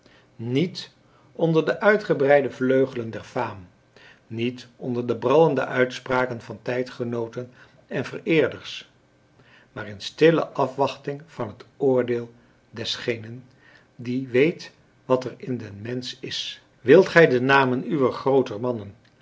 niet onder de uitgebreide vleugelen der faam niet onder de brallende uitspraken van tijdgenooten en vereerders maar in stille afwachting van het oordeel desgenen die weet wat er in den mensch is wilt gij de namen uwer grooter mannen